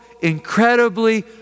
incredibly